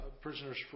prisoners